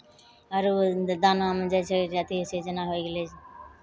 आरो जे दानामे दै छै जे अथिसँ जेना होइ गेलै